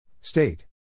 State